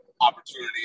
opportunity